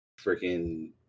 freaking